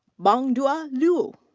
bangde ah liu.